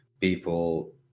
people